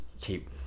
keep